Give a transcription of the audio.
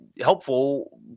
helpful